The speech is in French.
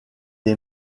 est